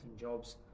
jobs